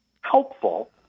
helpful